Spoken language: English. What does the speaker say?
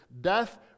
death